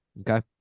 Okay